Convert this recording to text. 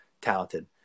talented